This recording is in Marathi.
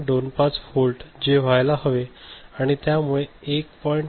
25 वोल्ट जे व्हायला हवे